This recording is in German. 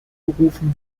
gerufen